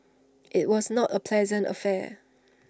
IT was not A pleasant affair